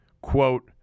quote